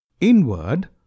Inward